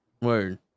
Word